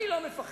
אני לא מפחד,